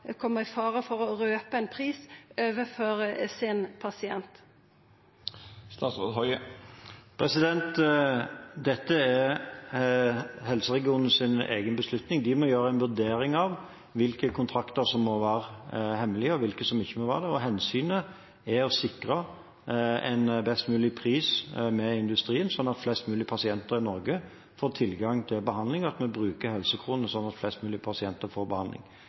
beslutning. De må gjøre en vurdering av hvilke kontrakter som må være hemmelige, og hvilke som ikke må være det. Hensynet er å sikre en best mulig pris sammen med industrien slik at flest mulig pasienter i Norge får tilgang til behandling, at vi bruker helsekronene slik at flest mulig pasienter får behandling.